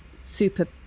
super